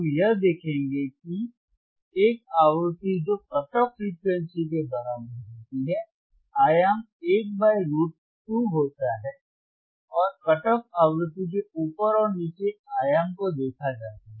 हम यह देखेंगे कि एक आवृत्ति जो कट ऑफ फ्रेक्वेंसी के बराबर होती है आयाम A बाई रुट 2 होता है और कट ऑफ आवृत्तियों के ऊपर और नीचे आयाम को देखा जाता है